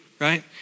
right